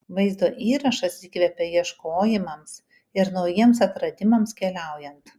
vaizdo įrašas įkvepia ieškojimams ir naujiems atradimams keliaujant